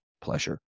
pleasure